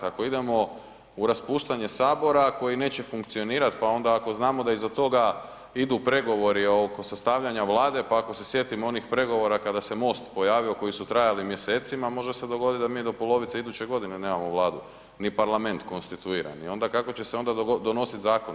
Ako idemo u raspuštanje Sabora koji neće funkcionirati pa onda ako znamo da iza toga idu pregovori oko sastavljanja Vlade, pa ako se sjetimo onih pregovora kada se Most pojavio koji su trajali mjesecima, može se dogoditi da mi do polovice iduće godine nemamo Vladu ni parlament konstituirani, onda kako će se onda donositi zakoni?